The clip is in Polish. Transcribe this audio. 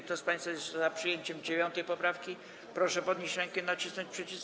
Kto z państwa jest za przyjęciem 9. poprawki, proszę podnieść rękę i nacisnąć przycisk.